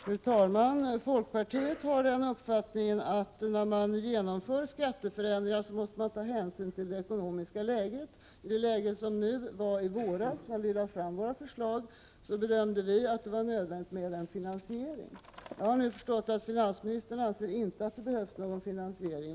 Fru talman! Folkpartiet har uppfattningen att när man genomför skatteförändringar så måste man ta hänsyn till det ekonomiska läget. I det läge som rådde i våras när vi lade fram vårt förslag, bedömde vi att det var nödvändigt med en finansiering. Jag har nu förstått att finansministern inte anser att det behövs någon finansiering.